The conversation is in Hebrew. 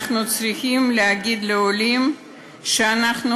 אנחנו צריכים להגיד לעולים שאנחנו,